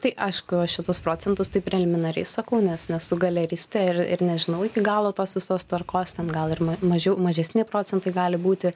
tai aišku šituos procentus tai preliminariai sakau nes nesu galeristė ir ir nežinau iki galo tos visos tvarkos ten gal ir mažiau mažesni procentai gali būti